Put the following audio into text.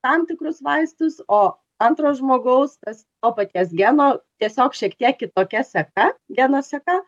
tam tikrus vaistus o antro žmogaus tas to paties geno tiesiog šiek tiek kitokia seka geno seka